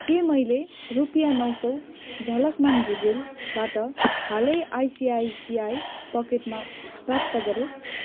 के मैले रुपियाँ नौ सय झलकमान भुजेलबाट हालै आइसिआइसिआई पकेटमा प्राप्त गरेँ